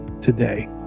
today